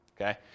okay